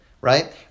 right